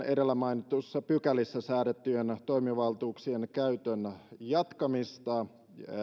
edellä mainituissa pykälissä säädettyjen valtioneuvoston toimivaltuuksien käytön jatkamista